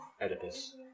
Oedipus